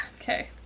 Okay